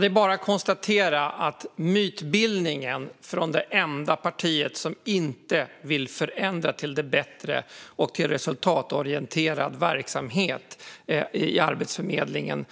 Fru talman! Mytbildningen från det enda parti som inte vill förändra politiken till det bättre och till resultatorienterad verksamhet i Arbetsförmedlingen